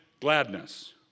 gladness